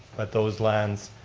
but those lands,